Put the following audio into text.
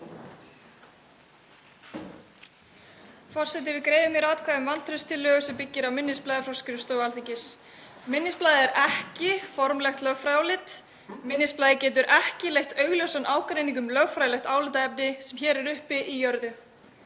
Forseti. Við greiðum hér atkvæði um vantrauststillögu sem byggir á minnisblaði frá skrifstofu Alþingis. Minnisblaðið er ekki formlegt lögfræðiálit. Minnisblaðið getur ekki leitt augljósan ágreining um lögfræðilegt álitaefni sem hér er uppi í jörðu.